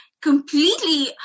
completely